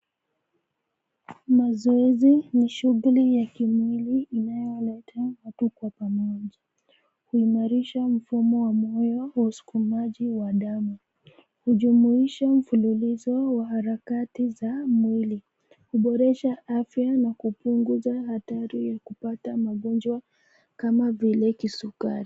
Mazoezi ni shughuli ya kimwili inayoleta watu kwa pamoja. Huimarisha mfumo wa moyo wa usukumaji wa damu. Hujumuisha mfululizo wa harakati za mwili. Huboresha afya na kupunguza hatari ya kupata magonjwa kama vile kisukari.